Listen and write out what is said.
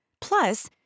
Plus